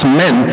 men